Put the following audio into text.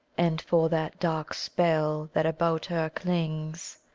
and for that dark spell that about her clings,